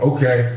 Okay